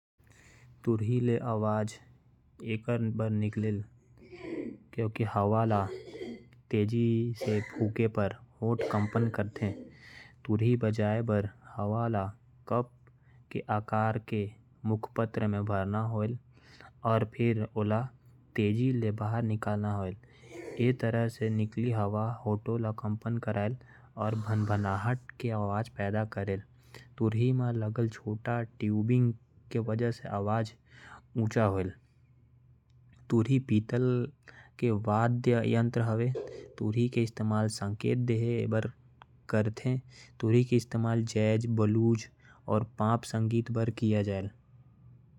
तुरही पीतल के वाद्य यंत्र हावय जेला ध्वनि उत्पन्न करे के खातिर बजाये जाथे। तुरही बजाये के खातिर खिलाड़ी मुखपत्र म अपन होठ बड़बड़ावत हावय। येकर ले यंत्र के अंदर के हवा कंपन करके ध्वनि उत्पन्न करत हावय।